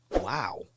wow